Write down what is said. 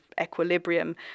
equilibrium